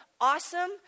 awesome